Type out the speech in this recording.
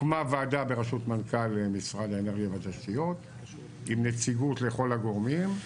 הוקמה ועדה בראשות מנכ"ל משרד האנרגיה והתשתיות עם נציגות לכל הגורמים,